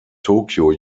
tokio